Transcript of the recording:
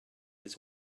his